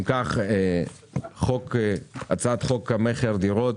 אם כך, הצעת חוק המכר (דירות).